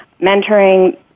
mentoring